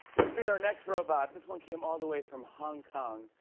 let's meet our next robot. this one came all the way from hong kong.